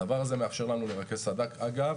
הדבר הזה מאפשר לנו לרכז סד"כ אגב,